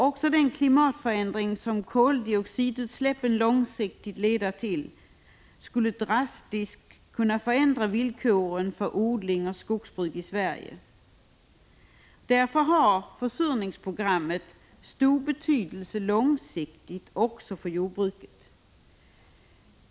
Också den klimatförändring som koldioxidutsläpp långsiktigt leder till skulle drastiskt kunna förändra villkoren för odling och skogsbruk i Sverige. Därför har försurningsprogrammet stor betydelse långsiktigt också för jordbruket.